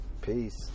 Peace